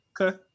Okay